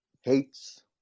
hates